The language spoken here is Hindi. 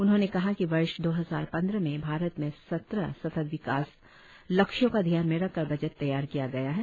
उन्होंने कहा कि वर्ष दो हजार पंद्रह में भारत में सत्रह सतत विकास लक्ष्यों को ध्यान में रखकर बजट तैयार किया गया है